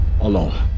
alone